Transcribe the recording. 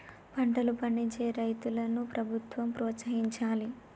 పంటలు పండించే రైతులను ప్రభుత్వం ప్రోత్సహించాలి